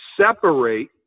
separate